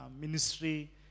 ministry